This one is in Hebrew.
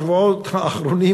בשבועות האחרונים,